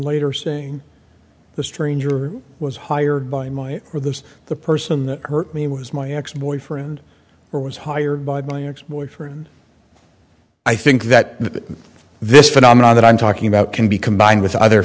later saying the stranger was hired by my or those the person that hurt me was my ex boyfriend or was hired by my ex boyfriend i think that this phenomenon that i'm talking about can be combined with other